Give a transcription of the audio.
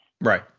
right